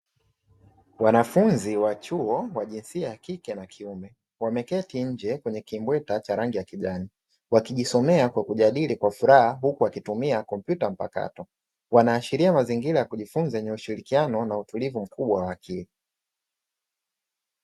Wanafunzi wa chuo , wa jinsia ya kike na kiume wameketi nje kwenye kimbweta cha rangi ya kijani, wakijisomea na kujadili kwa furaha huku wakitumia kompyuta mpakato, wanaashiria mazingira ya kujifunza yenye ushirikiano na utulivu mkubwa wa akili .